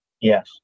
Yes